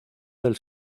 del